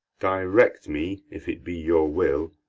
direct me, if it be your will,